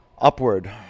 Upward